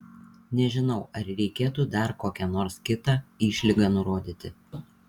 nežinau ar reikėtų dar kokią nors kitą išlygą nurodyti